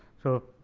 so,